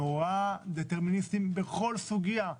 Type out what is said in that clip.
נורא דטרמיניסטיים בכל סוגייה,